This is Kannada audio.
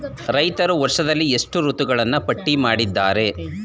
ರೈತರು ವರ್ಷದಲ್ಲಿ ಎಷ್ಟು ಋತುಗಳನ್ನು ಪಟ್ಟಿ ಮಾಡಿದ್ದಾರೆ?